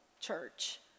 church